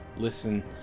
listen